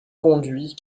conduit